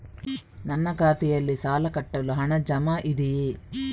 ನನ್ನ ಖಾತೆಯಲ್ಲಿ ಸಾಲ ಕಟ್ಟಲು ಹಣ ಜಮಾ ಇದೆಯೇ?